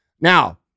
now